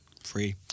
Free